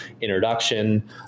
introduction